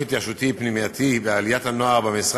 התיישבותי פנימייתי ועליית הנוער במשרד,